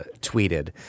tweeted